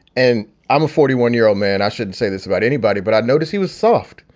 and i'm a forty one year old man. i shouldn't say this about anybody. but i notice he was soft.